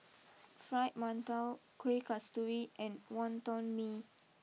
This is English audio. Fried Mantou Kuih Kasturi and Wonton Mee